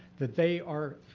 that they are